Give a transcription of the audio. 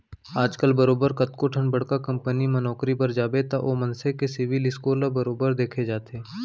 आजकल बरोबर कतको ठन बड़का कंपनी म नौकरी बर जाबे त ओ मनसे के सिविल स्कोर ल बरोबर देखे जाथे